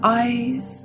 eyes